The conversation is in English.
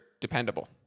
dependable